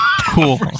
Cool